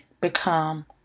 become